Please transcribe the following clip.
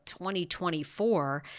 2024